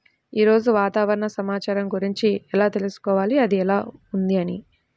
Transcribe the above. ఈరోజు వాతావరణ సమాచారం గురించి ఎలా తెలుసుకోవాలి అది ఎలా ఉంది అని?